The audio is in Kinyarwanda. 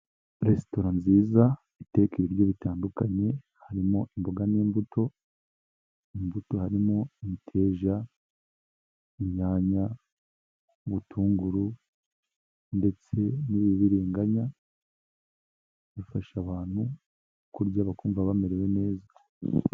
Resitora nziza iteka ibiryo bitandukanye, harimo imboga n'imbuto, imbuto harimo imiteja, inyanya, ubutunguru ndetse n'ibibiringanya, bifasha abantu kurya bakumva bamerewe neza.